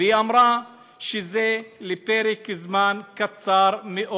ואמרה שזה לפרק זמן קצר מאוד,